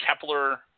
Kepler